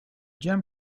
gem